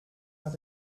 nach